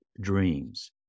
dreams